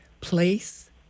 place